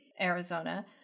Arizona